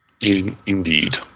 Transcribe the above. Indeed